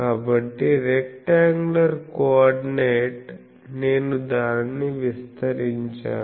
కాబట్టి rectangular coordinate నేను దానిని విస్తరించాను